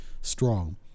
strong